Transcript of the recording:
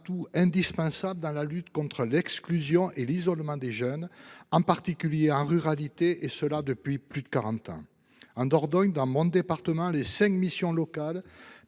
atout indispensable dans la lutte contre l'exclusion et l'isolement des jeunes, en particulier en zone rurale, et cela depuis plus de quarante ans. En Dordogne, département dont je suis élu, les cinq missions locales